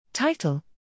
Title